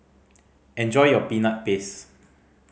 enjoy your Peanut Paste